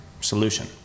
solution